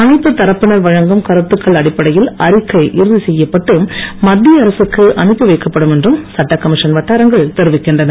அனைத்து தரப்பினர் வழங்கும் கருத்துக்கள் அடிப்படையில் அறிக்கை இறுதி செய்யப்பட்டு மத்திய அனுப்பி வைக்கப்படும் என்றும் சட்டகமிஷன் அரசுக்கு வட்டாரங்கள் தெரிவிக்கின்றன